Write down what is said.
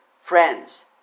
Friends